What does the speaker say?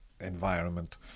environment